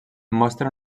mostra